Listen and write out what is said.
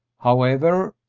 however,